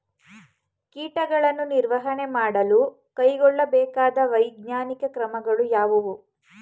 ಕೀಟಗಳ ನಿರ್ವಹಣೆ ಮಾಡಲು ಕೈಗೊಳ್ಳಬೇಕಾದ ವೈಜ್ಞಾನಿಕ ಕ್ರಮಗಳು ಯಾವುವು?